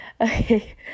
Okay